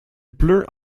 pleut